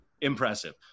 Impressive